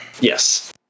Yes